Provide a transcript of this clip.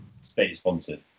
state-sponsored